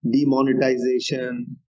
demonetization